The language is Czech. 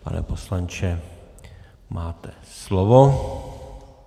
Pane poslanče, máte slovo.